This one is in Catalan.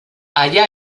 allà